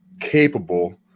capable